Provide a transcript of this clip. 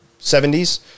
70s